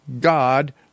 God